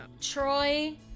Troy